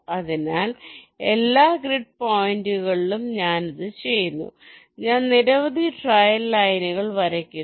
അതിനാൽ എല്ലാ ഗ്രിഡ് പോയിന്റുകളിലും ഞാൻ ഇത് ചെയ്യുന്നു ഞാൻ നിരവധി ട്രയൽ ലൈനുകൾ വരയ്ക്കുന്നു